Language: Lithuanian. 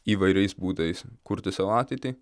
įvairiais būdais kurti savo ateitį